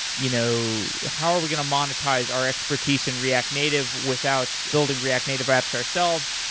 you know how are we going to monetize our expertise in react native without building react native apps our self?